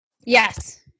Yes